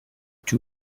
two